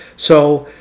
so,